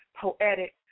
poetic